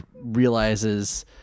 realizes